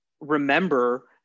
remember